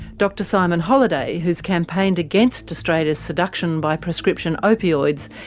dr simon holliday, who has campaigned against australia's seduction by prescription opioids,